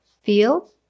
feel